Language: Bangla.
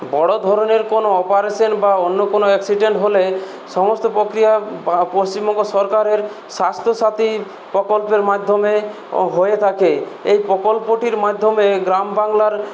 বড়ো ধরণের কোনো অপারেশন বা বড়ো ধরনের কোনো অ্যাক্সিডেন্ট হলে সমস্ত প্রক্রিয়া পশ্চিমবঙ্গ সরকারের স্বাস্থ্যসাথী প্রকল্পের মাধ্যমে হয়ে থাকে এই প্রকল্পটির মাধ্যমে গ্রামবাংলার